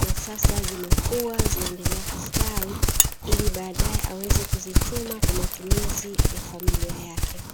na sasa zimekuwa zinaendelea kustawi ili baadaye aweze kuzichuma kwa matumizi ya familia yake.